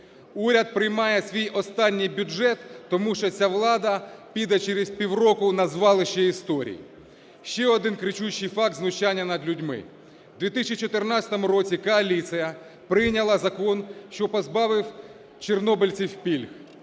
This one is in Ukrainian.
Уряд приймає свій останній бюджет, тому що ця влада піде через півроку на звалище історій. Ще один кричущий факт знущання над людьми. В 2014 році коаліція прийняла закон, що позбавив чорнобильців пільг.